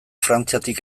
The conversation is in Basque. frantziatik